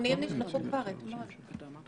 הנתונים נשלחו כבר אתמול.